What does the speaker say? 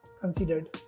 considered